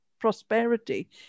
prosperity